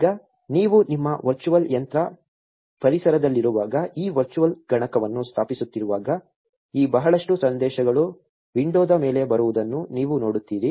ಈಗ ನೀವು ನಿಮ್ಮ ವರ್ಚುವಲ್ ಯಂತ್ರ ಪರಿಸರದಲ್ಲಿರುವಾಗ ಈ ವರ್ಚುವಲ್ ಗಣಕವನ್ನು ಸ್ಥಾಪಿಸುತ್ತಿರುವಾಗ ಈ ಬಹಳಷ್ಟು ಸಂದೇಶಗಳು ವಿಂಡೋದ ಮೇಲೆ ಬರುವುದನ್ನು ನೀವು ನೋಡುತ್ತೀರಿ